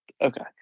Okay